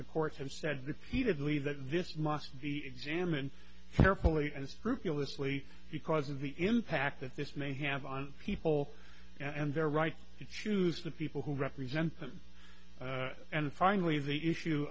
the courts have said repeatedly that this must be examined carefully and scrupulously because of the impact that this may have on people and their right to choose the people who represent them and finally the issue